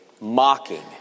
mocking